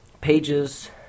pages